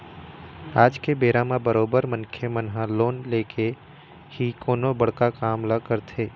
आज के बेरा म बरोबर मनखे मन ह लोन लेके ही कोनो बड़का काम ल करथे